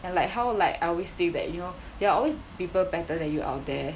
and like how like I always stay back you know there are always people better than you out there